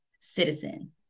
citizen